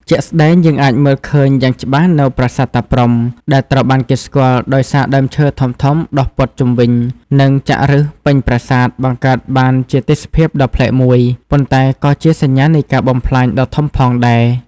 ជាក់ស្ដែង យើងអាចមើលឃើញយ៉ាងច្បាស់នៅប្រាសាទតាព្រហ្ម ដែលត្រូវបានគេស្គាល់ដោយសារដើមឈើធំៗដុះព័ទ្ធជុំវិញ និងចាក់ឬសពេញប្រាសាទ បង្កើតបានជាទេសភាពដ៏ប្លែកមួយ ប៉ុន្តែក៏ជាសញ្ញានៃការបំផ្លាញដ៏ធំផងដែរ។